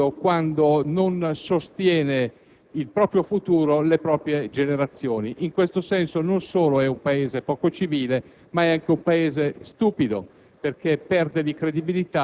preciso di graduare il vantaggio fiscale per le aggregazioni che si formano in funzione che alle stesse potessero partecipare dei giovani professionisti.